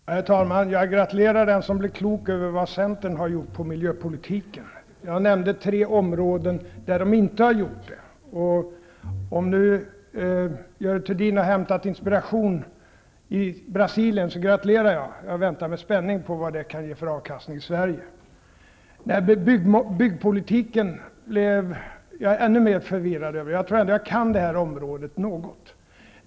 Herr talman! Jag gratulerar den som blir klok på vad Centern har gjort på miljöpolitikens område. Jag nämnde tre områden där man inte har gjort något. Om Görel Thurdin har hämtat inspiration i Brasilien gratulerar jag henne. Jag väntar med spänning på vad det kan ge för avkastning i Sverige. Jag blev ännu mer förvirrad över byggpolitiken. Jag tror ändå att jag kan detta område något.